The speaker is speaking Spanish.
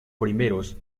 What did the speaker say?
primeros